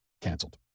canceled